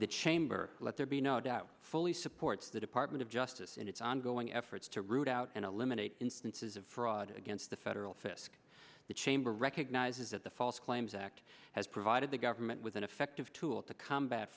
the chamber let there be no doubt fully supports the department of justice and its ongoing efforts to root out and eliminate instances of fraud against the federal fisc the chamber recognizes that the false claims act has provided the government with an effective tool to combat